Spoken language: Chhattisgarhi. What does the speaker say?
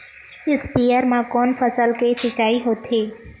स्पीयर म कोन फसल के सिंचाई होथे?